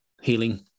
healing